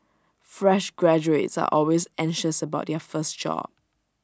fresh graduates are always anxious about their first job